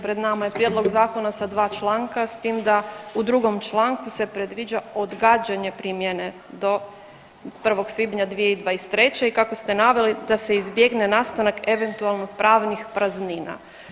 Pred nama je prijedlog zakona sa dva članka s tim da u drugom članku se predviđa odgađanje primjene do 1. svibnja 2023. i kako ste naveli da se izbjegne nastanak eventualnog pravnih praznina.